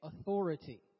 authority